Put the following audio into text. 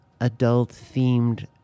adult-themed